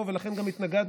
ולכן גם התנגדנו.